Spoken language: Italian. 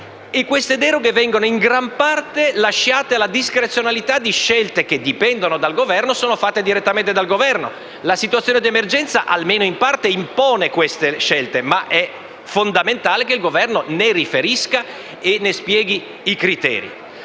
peraltro vengono in gran parte lasciate alla discrezionalità di scelte che dipendono dal Governo o vengono compiute direttamente dal Governo. La situazione di emergenza impone almeno in parte queste scelte, ma è fondamentale che il Governo ne riferisca e ne spieghi i criteri.